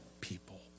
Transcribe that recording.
people